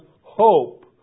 hope